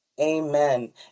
Amen